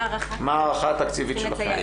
מה ההערכה התקציבית שלכם?